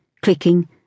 clicking